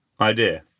idea